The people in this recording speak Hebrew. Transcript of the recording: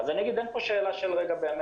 אז אגיד שאין פה שאלה של נכונות.